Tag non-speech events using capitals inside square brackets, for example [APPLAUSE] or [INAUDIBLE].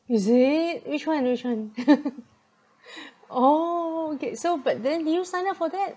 is it which one which one [LAUGHS] [BREATH] oh okay so but then did you sign up for that